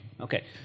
okay